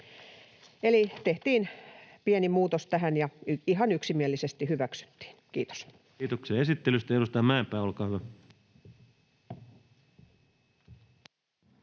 Eli tehtiin pieni muutos tähän ja ihan yksimielisesti hyväksyttiin. — Kiitos. Kiitoksia esittelystä. — Edustaja Mäenpää, olkaa hyvä.